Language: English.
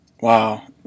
Wow